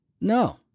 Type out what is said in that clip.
No